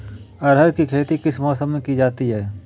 अरहर की खेती किस मौसम में की जाती है?